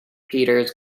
peters